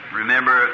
remember